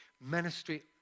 Ministry